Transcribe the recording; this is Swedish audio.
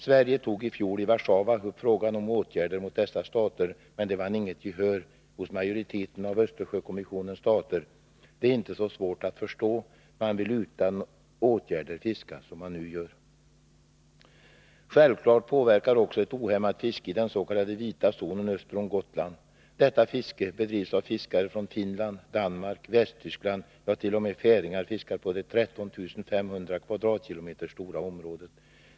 Sverige tog i fjol i Warszawa upp frågan om åtgärder mot dessa stater, men det vann inget gehör hos majoriteten av Östersjökommissionens stater. Det är inte så svårt att förstå. Man vill utan åtgärder fiska som man nu gör. Självklart påverkar också ett ohämmat fiske i den s.k. vita zonen öster om Gotland fiskeförhållandena. Detta fiske bedrivs av fiskare från Finland, Danmark, Västtyskland — ja, t.o.m. färingar fiskar på det 13 500 km? stora området.